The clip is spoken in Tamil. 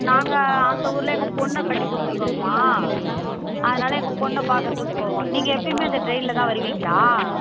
நாங்கள் அந்த ஊரில் எங்கள் பொண்ணை கட்டி கொடுத்துருக்கோங்மா அதனால் எங்கள் பொண்ணை பார்க்குறதுக்கு போவோம் நீங்கள் எப்போயுமே இந்த ட்ரெய்னில் தான் வருவீங்களா